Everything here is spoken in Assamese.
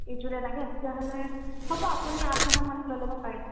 এযোৰে লাগে তেতিয়াহ'লে হ'ব আপুনি আঠ হেজাৰ মানত লৈ ল'ব পাৰে